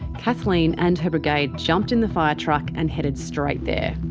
kathleen and her brigade jumped in the firetruck and headed straight there.